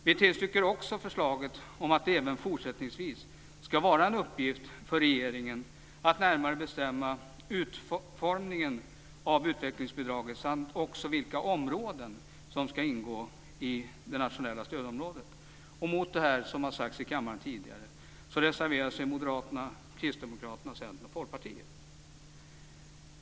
Vi tillstyrker också förslaget om att det även i fortsättningen ska vara en uppgift för regeringen att närmare bestämma utformningen av utvecklingsbidraget samt också vilka områden som ska ingå i det nationella stödområdet. Och mot detta, som har sagts i kammaren tidigare, reserverar sig Moderaterna, Kristdemokraterna, Centern och Folkpartiet.